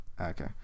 Okay